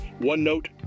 OneNote